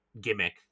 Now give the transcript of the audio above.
gimmick